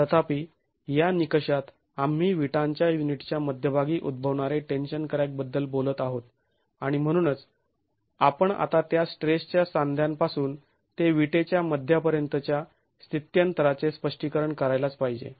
तथापि या निकषात आम्ही विटांच्या युनिटच्या मध्यभागी उद्भवणारे टेन्शन क्रॅक बद्दल बोलत आहोत आणि म्हणूनच आपण आता त्या स्ट्रेस च्या सांध्यापासून ते विटेच्या मध्यापर्यंत च्या स्थित्यंतरांचे स्पष्टीकरण करायलाच पाहिजे